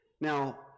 Now